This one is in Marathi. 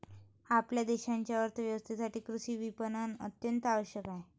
आपल्या देशाच्या अर्थ व्यवस्थेसाठी कृषी विपणन अत्यंत आवश्यक आहे